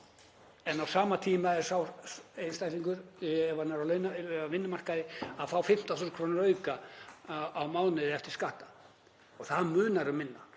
En á sama tíma er sá einstaklingur, ef hann er á vinnumarkaði, að fá 15.000 kr. aukalega á mánuði eftir skatta. Það munar um minna.